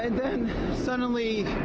and then suddenly,